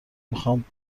میخوام